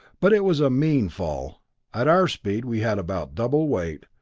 but it was a mean fall at our speed we had about double weight,